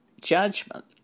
judgment